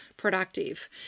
productive